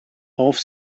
auf